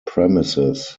premises